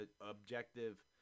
Objective